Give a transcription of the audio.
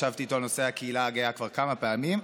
ישבתי איתו על נושא הקהילה הגאה כבר כמה פעמים.